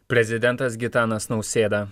prezidentas gitanas nausėda